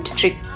trick